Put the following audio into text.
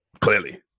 Clearly